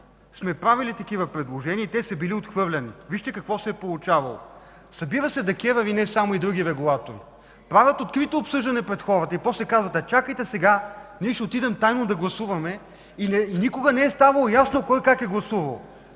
сме правили такива предложения и те са били отхвърляни. Вижте какво се е получавало. Събира се ДКЕВР – и не само, а и други регулатори, правят открито обсъждане пред хората и после казват: „Чакайте, сега ние ще отидем тайно да гласуваме”. Никога не е ставало ясно кой, как е гласувал.